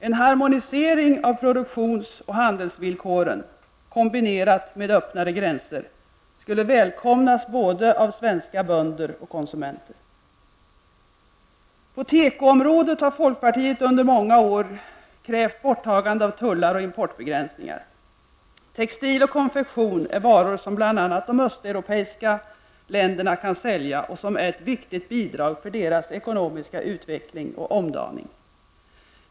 En harmonisering av produktions och handelsvillkoren, kombinerat med öppnare gränser skulle välkomnas av både svenska bönder och konsumenter. På teko-området har folkpartiet under många år krävt borttagande av tullar och importbegränsningar. Textil och konfektion är varor som bl.a. de östeuropeiska länderna kan sälja och är ett viktigt bidrag till deras ekonomiska utveckling och omdaning.